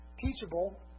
teachable